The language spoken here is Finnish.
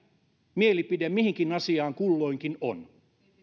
mielipide mihinkin asiaan kulloinkin on